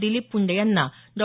दिलीप पुंडे यांना डॉ